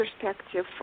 perspective